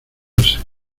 casarse